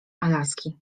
alaski